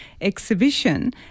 exhibition